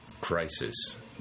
crisis